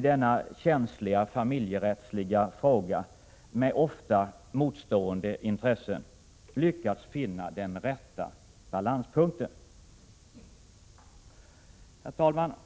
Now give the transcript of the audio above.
denna känsliga familjerättsliga fråga med ofta motstående intressen har lyckats finna den rätta balanspunkten — i den här delen kan jag passa på att berömma den frånvarande justitieministern. Herr talman!